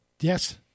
Yes